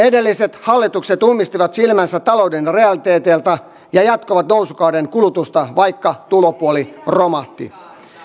edelliset hallitukset ummistivat silmänsä talouden realiteeteilta ja jatkoivat nousukauden kulutusta vaikka tulopuoli romahti